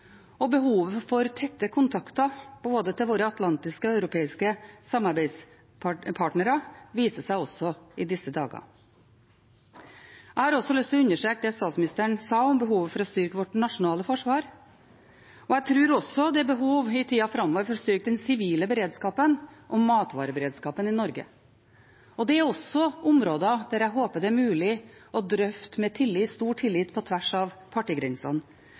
og behovet for tette kontakter til både våre atlantiske og europeiske samarbeidspartnere viser seg også i disse dager. Jeg har lyst til å understreke det statsministeren sa om behovet for å styrke vårt nasjonale forsvar. Jeg tror også det i tida framover er behov for å styrke den sivile beredskapen og matvareberedskapen i Norge. Det er også områder der jeg håper det er mulig å drøfte med stor tillit på tvers av partigrensene